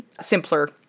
simpler